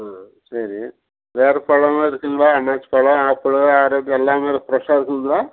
ம் சரி வேற பழமும் இருக்குங்களா அன்னாசி பழம் ஆப்பிள் ஆரெஞ்சு எல்லாமே ஃப்ரஷாக இருக்குதுங்குளா